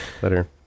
better